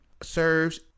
serves